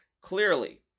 clearly